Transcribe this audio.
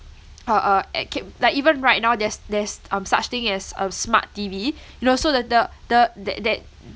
uh uh a~ cam~ like even right now there's there's um such thing as um smart T_V you know so the the the the that that